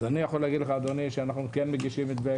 אני יכול להגיד לך אדוני שאנחנו כן מגישים את זה,